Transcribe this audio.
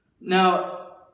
Now